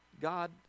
God